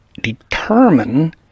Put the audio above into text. determine